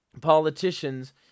politicians